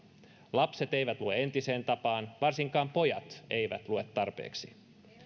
lapset eivät lue entiseen tapaan varsinkaan pojat eivät lue tarpeeksi